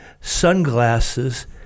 sunglasses